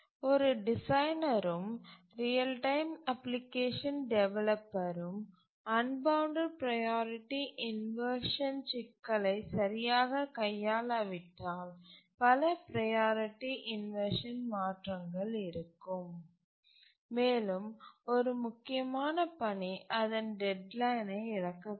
ஒரு டிசைனர்ரும் real time application டெவலப்பரும் அன்பவுண்டட் ப்ரையாரிட்டி இன்வர்ஷன் சிக்கலை சரியாகக் கையாளாவிட்டால் பல ப்ரையாரிட்டி இன்வர்ஷன் மாற்றங்கள் இருக்கும் மேலும் ஒரு முக்கியமான பணி அதன் டெட்லைனை இழக்கக்கூடும்